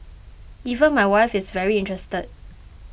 even my wife is very interested